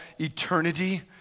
eternity